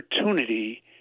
opportunity